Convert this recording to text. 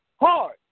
hard